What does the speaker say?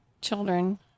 children